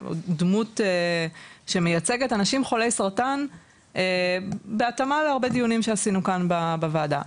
דמות שמייצגת אנשים חולי סרטן בהתאמה להרבה דיונים שעשינו כאן בוועדה.